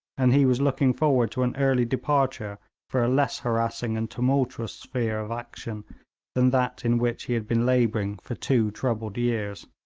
and he was looking forward to an early departure for a less harassing and tumultuous sphere of action than that in which he had been labouring for two troubled years.